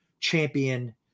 Champion